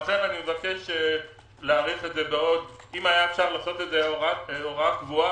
לכן אני מבקש להאריך את זה - אם היה אפשר לעשות את זה הוראה קבועה